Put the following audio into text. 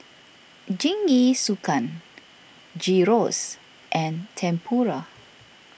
Jingisukan Gyros and Tempura